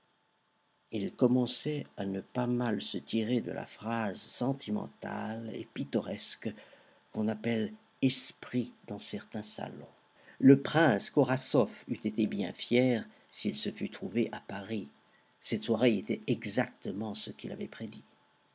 il commençait à ne pas mal se tirer de la phrase sentimentale et pittoresque qu'on appelle esprit dans certains salons le prince korasoff eût été bien fier s'il se fût trouvé à paris cette soirée était exactement ce qu'il avait prédit